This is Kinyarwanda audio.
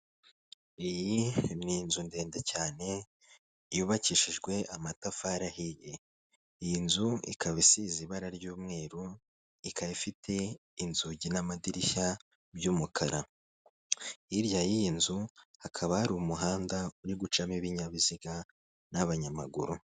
Iyi ni inzu ndende cyane yubakishijwe amatafari ahiye, iyi nzu ikaba isize ibara ry'umweru, ikaba ifite inzugi n'amadirishya by'umukara, hirya y'iyi nzu hakaba hari umuhanda uri gucamo ibinyabiziga n'abanyamaguru.